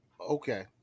Okay